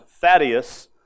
Thaddeus